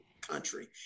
country